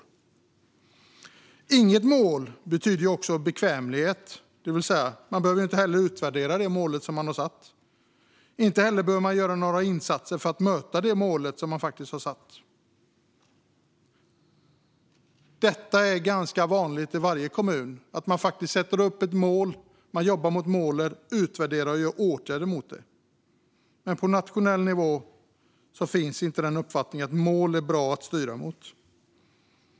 Att inte ha ett mål innebär bekvämlighet, det vill säga man behöver inte utvärdera något mål. Inte heller behöver man göra insatser för att möta målet eftersom man faktiskt inte har satt något sådant. Det är ganska vanligt i kommunerna att man sätter upp ett mål, jobbar mot det målet och utvärderar och gör åtgärder för att nå det. Men på nationell nivå finns inte uppfattningen att mål är bra att styra mot.